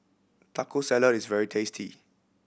Taco Salad is very tasty